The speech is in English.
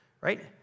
right